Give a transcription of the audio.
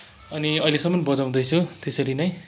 अनि अहिलेसम्म बजाउँदै छु त्यसरी नै